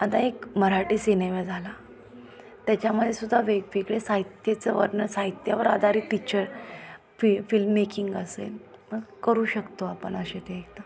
आता एक मराठी सिनेमा झाला त्याच्यामध्येसुद्धा वेगवेगळे साहित्याचं वर्णन साहित्यावर आधारित पिक्चर फि फिल्ममेकिंग असेल मग करू शकतो आपण असे ते एकदा